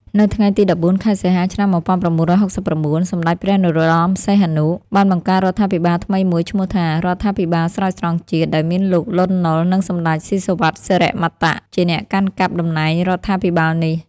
នៅថ្ងៃទី ១៤ ខែសីហា ឆ្នាំ ១៩៦៩ សម្តេចព្រះនរោត្តម សីហនុ បានបង្កើតរដ្ឋាភិបាលថ្មីមួយឈ្មោះថា រដ្ឋាភិបាលស្រោចស្រង់ជាតិ ដោយមានលោក លន់ នល់ និងសម្ដេច ស៊ីសុវត្ថិ សិរិមតៈ ជាអ្នកកាន់កាប់តំណែងរដ្ឋាភិបាលនេះ។